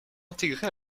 intégrée